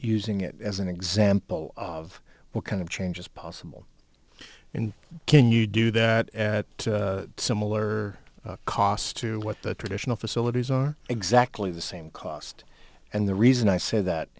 using it as an example of what kind of change is possible and can you do that at similar cost to what the traditional facilities are exactly the same cost and the reason i say that